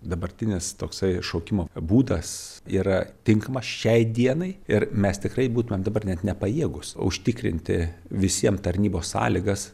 dabartinis toksai šaukimo būdas yra tinkamas šiai dienai ir mes tikrai būtumėm dabar net nepajėgūs užtikrinti visiem tarnybos sąlygas